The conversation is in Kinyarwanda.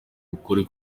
ukuri